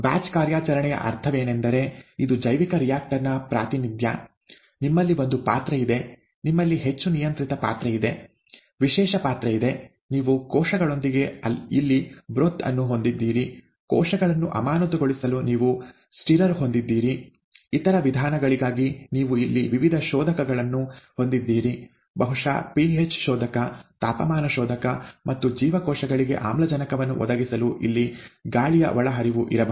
batch ಕಾರ್ಯಾಚರಣೆಯ ಅರ್ಥವೇನೆಂದರೆ ಇದು ಜೈವಿಕ ರಿಯಾಕ್ಟರ್ ನ ಪ್ರಾತಿನಿಧ್ಯ ನಿಮ್ಮಲ್ಲಿ ಒಂದು ಪಾತ್ರೆ ಇದೆ ನಿಮ್ಮಲ್ಲಿ ಹೆಚ್ಚು ನಿಯಂತ್ರಿತ ಪಾತ್ರೆ ಇದೆ ವಿಶೇಷ ಪಾತ್ರೆ ಇದೆ ನೀವು ಕೋಶಗಳೊಂದಿಗೆ ಇಲ್ಲಿ ಬ್ರೊಥ್ ಅನ್ನು ಹೊಂದಿದ್ದೀರಿ ಕೋಶಗಳನ್ನು ಅಮಾನತುಗೊಳಿಸಲು ನೀವು ಸ್ಟಿರರ್ ಹೊಂದಿದ್ದೀರಿ ಇತರ ವಿಧಾನಗಳಿಗಾಗಿ ನೀವು ಇಲ್ಲಿ ವಿವಿಧ ಶೋಧಕಗಳನ್ನು ಹೊಂದಿದ್ದೀರಿ ಬಹುಶಃ pH ಶೋಧಕ ತಾಪಮಾನ ಶೋಧಕ ಮತ್ತು ಜೀವಕೋಶಗಳಿಗೆ ಆಮ್ಲಜನಕವನ್ನು ಒದಗಿಸಲು ಇಲ್ಲಿ ಗಾಳಿಯ ಒಳಹರಿವು ಇರಬಹುದು